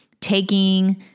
taking